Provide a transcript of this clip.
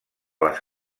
les